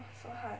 so hard